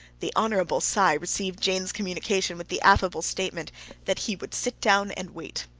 the hon. cy received jane's communication with the affable statement that he would sit down and wait.